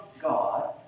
God